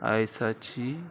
आयसाची